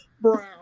brown